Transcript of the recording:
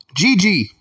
GG